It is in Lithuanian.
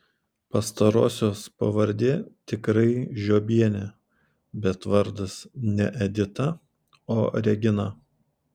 pastarosios pavardė tikrai žiobienė bet vardas ne edita o regina